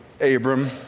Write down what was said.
Abram